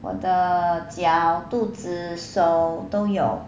我的脚肚子手都有